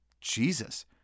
Jesus